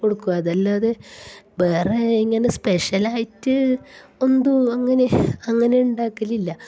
കൊടുക്കും അത് അല്ലാതെ വേറെ ഇങ്ങനെ സ്പെഷ്യലായിട്ട് ഒന്തു അങ്ങനെ അങ്ങനെ ഉണ്ടാക്കലില്ല